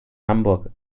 hamburg